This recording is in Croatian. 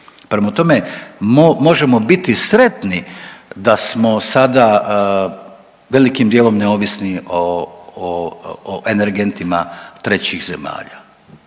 prema tome, može biti sretni da smo sada velikim dijelom neovisni o energentima trećih zemalja.